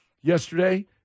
yesterday